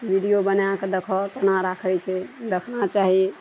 video बनाकऽ देखऽ केना राखय छै देखना चाही